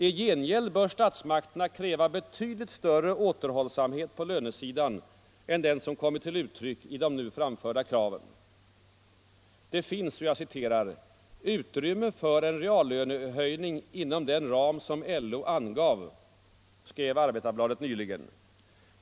I gengäld bör statsmakterna kräva betydligt större återhållsamhet på lönesidan än den som kommit till uttryck i de nu framförda kraven. ”Det finns utrymme för en reallönehöjning inom den ram som LO angav”, skrev Arbetarbladet nyligen.